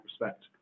respect